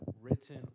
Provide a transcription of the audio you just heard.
written